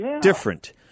different